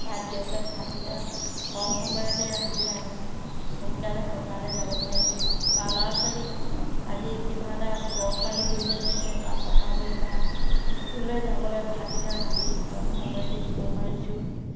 তাত গেছত ভাতগিটা কম সময়তে ৰান্ধি আমি সোনকালে পথাৰলৈ যাব পাৰিছোঁ বা ল'ৰা ছোৱালীক আজি কিবা এটা গৰম পানীৰ প্ৰয়োজন হৈছে বা পঢ়াবলৈ বা স্কুললৈ যাবলৈ ভাতগিটা ৰান্ধি কম সময়তে দিব পাৰিছোঁ